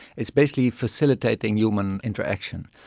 it's basically facilitating human interaction.